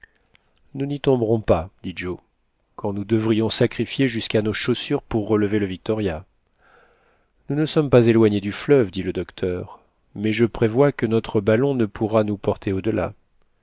nous n'y tomberons pas dit joe quand nous devrions sacrifier jusqu'à nos chaussures pour relever le victoria nous ne sommes pas éloignés du fleuve dit le docteur mais je prévois que notre ballon ne pourra nous porter au-delà